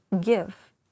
give